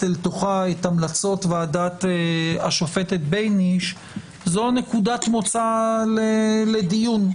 לתוכה את המלצות ועדת השופטת בייניש זו נקודת מוצא לדיון.